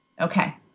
Okay